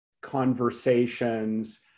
conversations